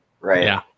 Right